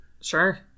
Sure